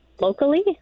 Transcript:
Locally